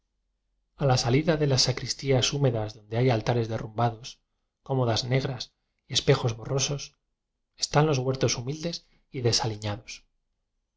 la salida de las sacristías húmedas donde hay altares derrumbados cómodas negras y espejos borrosos están los huer tos humildes y desaliñados